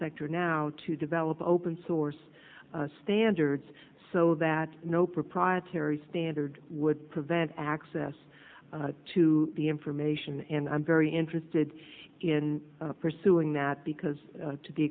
sector now to develop open source hundreds so that no proprietary standard would prevent access to the information and i'm very interested in pursuing that because to the